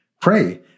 pray